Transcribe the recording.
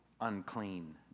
unclean